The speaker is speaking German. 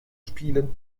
spielen